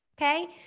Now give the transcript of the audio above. Okay